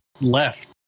left